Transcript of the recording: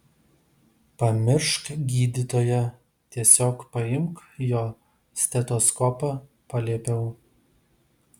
pamiršk gydytoją tiesiog paimk jo stetoskopą paliepiau